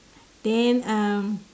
then um